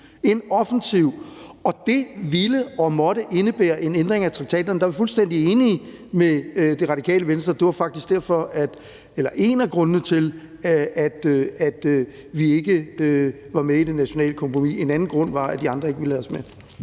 en offensiv. Det ville og måtte indebære en ændring af traktaten. Der er vi fuldstændig enige med Radikale Venstre. Det var faktisk en af grundene til, at vi ikke var med i det nationale kompromis. En anden grund var, at de andre ikke ville have os med.